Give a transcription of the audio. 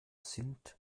sind